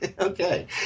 Okay